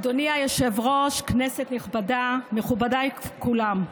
היושב-ראש, כנסת נכבדה, מכובדיי כולם,